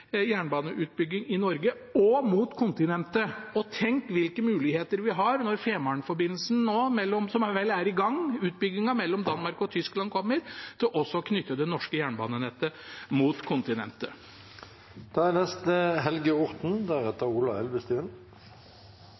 jernbaneutbygging i Norge og mot kontinentet. Tenk hvilke muligheter vi har når Fehmarn-forbindelsen nå kommer – utbyggingen mellom Danmark og Tyskland, som vel er i gang – til også å knytte det norske jernbanenettet mot kontinentet.